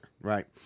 right